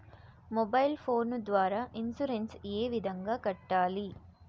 mobile phone ద్వారా insurance ఏ విధంగా కట్టాలి